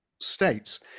states